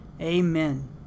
amen